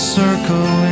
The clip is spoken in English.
circle